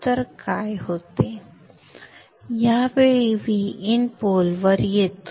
तर काय होते या वेळी Vin पोलवर येतो